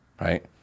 right